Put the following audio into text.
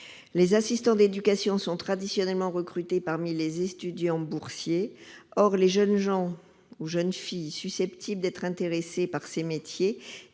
les assistants d'éducation sont traditionnellement recrutés parmi les étudiants boursiers. Or les jeunes gens ou jeunes filles susceptibles d'être intéressés par ces métiers